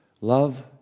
love